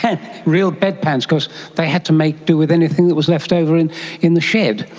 kind of real bedpans, because they had to make do with anything that was left over in in the shed.